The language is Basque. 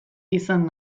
izan